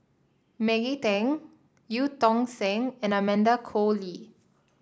Maggie Teng Eu Tong Sen and Amanda Koe Lee